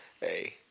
Hey